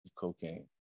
cocaine